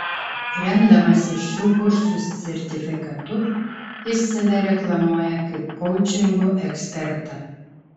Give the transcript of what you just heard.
remdamasis šių kursų sertifikatu jis save reklamuoja kaip koučingo ekspertą